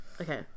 okay